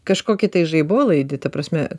kažkokį tai žaibolaidį ta prasme